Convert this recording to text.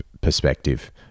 perspective